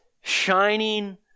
shining